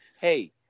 hey